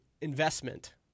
investment